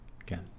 Again